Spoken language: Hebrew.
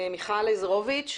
מיכל לזרוביץ.